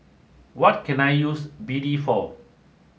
what can I use B D for